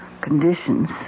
conditions